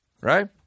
right